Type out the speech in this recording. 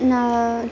ಇನ್ನು